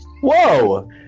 Whoa